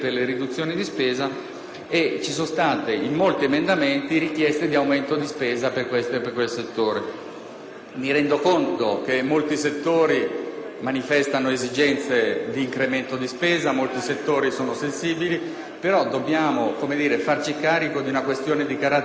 sono state avanzate richieste di aumento di spesa per questo o quel settore. Mi rendo conto che molti settori manifestano esigenze di incremento di spesa, molti settori sono sensibili, però dobbiamo farci carico di una questione di carattere generale: non si può